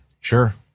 Sure